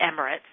emirates